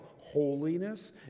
holiness